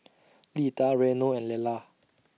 Lida Reno and Lelar